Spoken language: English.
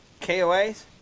KOAs